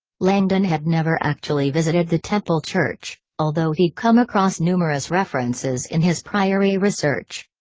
langdon had never actually visited the temple church, although he'd come across numerous references in his priory research.